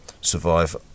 survive